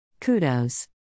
Kudos